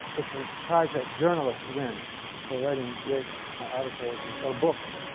it's a prize that journalists win for writing great articles or books.